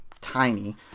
tiny